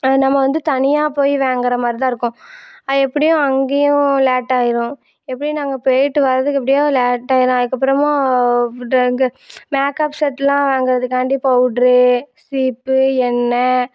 அது நம்ம வந்து தனியாக போய் வாங்கிற மாதிரி தான் இருக்கும் அது எப்படியும் அங்கேயும் லேட் ஆகிரும் எப்படியும் நாங்கள் போயிட்டு வர்றதுக்கு எப்படியும் லேட் ஆகிரும் அதுக்கு அப்புறமா மேக் அப் செட்டுலாம் வாங்கிறதுக்காண்டி பௌட்ரு சீப்பு எண்ணெய்